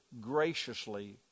graciously